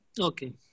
Okay